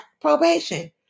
probation